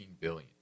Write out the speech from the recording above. billion